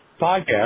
podcast